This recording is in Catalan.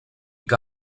que